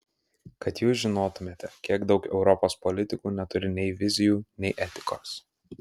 kad jūs žinotumėte kiek daug europos politikų neturi nei vizijų nei etikos